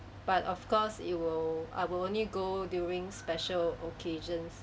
but of course it will I will only go during special occasions